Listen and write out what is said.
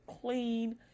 clean